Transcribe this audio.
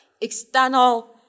external